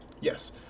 yes